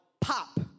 pop